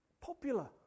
popular